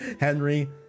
Henry